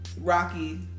rocky